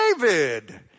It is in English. David